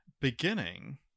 beginning